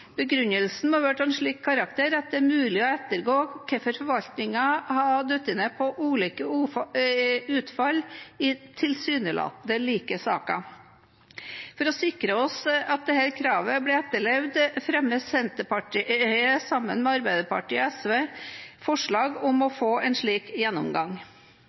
Begrunnelsen må være av en slik karakter at det er mulig å ettergå hvorfor forvaltningen har falt ned på ulikt utfall i tilsynelatende like saker. For å sikre oss at dette kravet blir etterlevd, fremmer Senterpartiet, sammen med Arbeiderpartiet og SV, forslag om å få en slik gjennomgang.